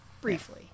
Briefly